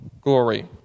glory